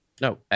no